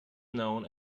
known